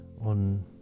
on